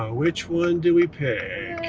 ah which one do we pay?